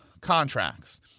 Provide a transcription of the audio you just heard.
contracts